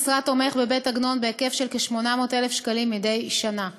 המשרד תומך בבית-עגנון בהיקף של כ-800,000 שקלים מדי שנה.